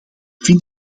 vind